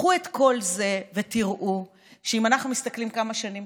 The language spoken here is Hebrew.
קחו את כל זה ותראו שאם אנחנו מסתכלים כמה שנים